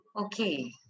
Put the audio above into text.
Okay